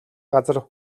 газар